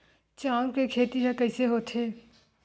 चांउर के खेती ह कइसे होथे?